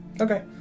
Okay